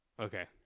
Okay